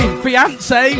fiance